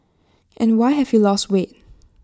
and why have you lost weight